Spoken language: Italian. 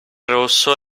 rosso